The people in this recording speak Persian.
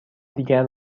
دیگر